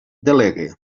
delegue